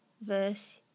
verse